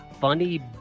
Funny